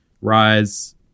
Rise